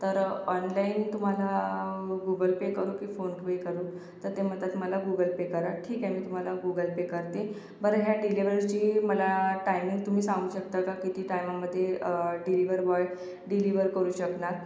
तर ऑनलाईन तुम्हाला Google Pay करू की फोन पे करू तर ते म्हणतात मला की गुगल पे करा ठीक आहे मी तुम्हाला गुगल पे करते बरं या डिलिव्हरीची मला टायमिंग तुम्ही सांगू शकता का किती टायमामध्ये डिलिव्हरी बॉय डिलिव्हर करू शकणार